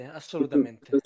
assolutamente